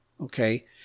okay